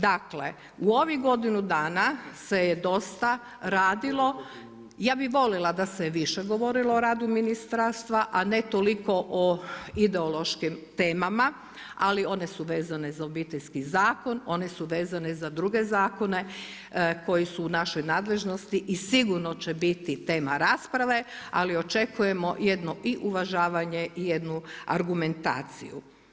Dakle u ovih godinu dana se je dosta radilo, ja bih voljela da se više govorilo o radu ministarstva a ne tolik o ideološkim temama ali one su vezane za Obiteljski zakon, one su vezane za druge zakone koji su u našoj nadležnosti i sigurno će biti tema rasprave ali očekujemo jedno i uvažavanje i jednu argumentaciju.